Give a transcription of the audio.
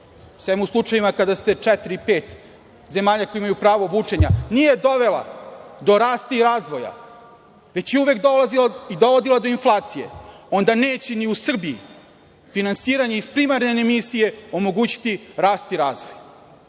sem u slučajevima kada ste četiri ili pet zemalja koje imaju pravo vučenja, nije dovela do rasta i razvoja, već je uvek dovodila do inflacije, onda neće ni u Srbiji finansiranje iz primarne emisije omogućiti rast i razvoj.